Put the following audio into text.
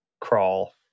crawl